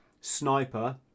sniper